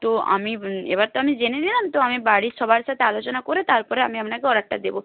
তো আমি এবার তো আমি জেনে নিলাম তো আমি বাড়ির সবার সাথে আলোচনা করে তার পরে আমি আপনাকে অর্ডারটা দেবো